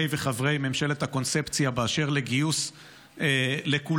וחברי ממשלת הקונספציה באשר לגיוס לכולם,